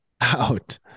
out